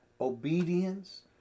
obedience